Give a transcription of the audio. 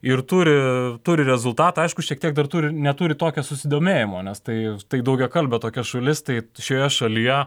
ir turi turi rezultatą aišku šiek tiek dar turi neturi tokio susidomėjimo nes tai tai daugiakalbė tokia šalis tai šioje šalyje